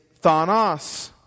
thanos